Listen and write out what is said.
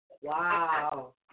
Wow